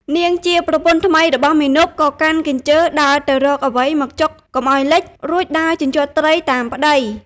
នាងជាប្រពន្ធថ្មីរបស់មាណព ក៏កាន់កញ្ជើដើរទៅរកអ្វីមកចុកកុំឱ្យលេច រួចដើរជញ្ជាត់ត្រីតាមប្តី។